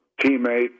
teammate